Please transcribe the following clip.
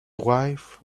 wife